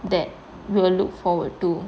that we will look forward to